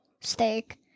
steak